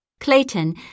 Clayton